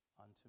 unto